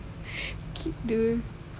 cute